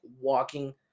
walking